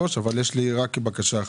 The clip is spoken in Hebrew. אבל יש לי בקשה אחת.